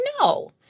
no